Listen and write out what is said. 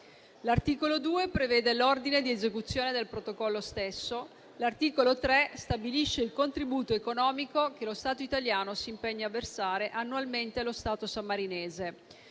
L'articolo 2 prevede l'ordine di esecuzione del protocollo stesso. L'articolo 3 stabilisce il contributo economico che lo Stato italiano si impegna a versare annualmente allo Stato sammarinese: